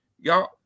Y'all